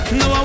no